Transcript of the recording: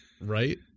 right